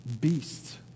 Beasts